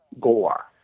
gore